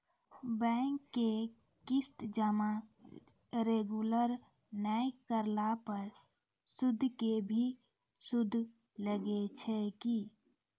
Bank के किस्त जमा रेगुलर नै करला पर सुद के भी सुद लागै छै कि?